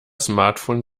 smartphone